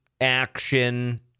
action